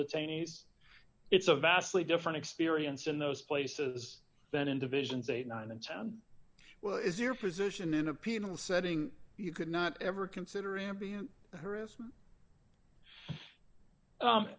detainees it's a vastly different experience in those places than in divisions eighty nine and ten well if your position in opinion setting you could not ever consider him her is